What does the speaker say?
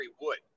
Wood